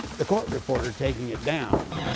the court reporter taking it down.